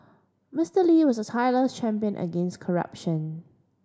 Mister Lee was a tireless champion against corruption